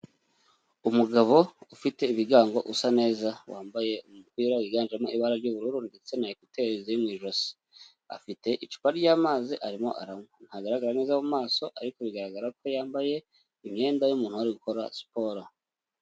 Umugabo ufite ibigango usa neza wambaye umupira wiganjemo ibara ry'ubururu ndetse na ekuteri ziri mu ijosi, afite icupa ry'amazi arimo ntagaragara neza mu maso ariko bigaragara ko yambaye imyenda y'umuntu wari uri gukora siporo.